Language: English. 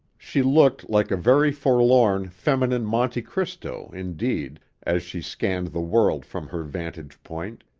she looked like a very forlorn, feminine monte cristo indeed, as she scanned the world from her vantage-point,